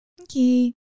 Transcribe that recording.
Okay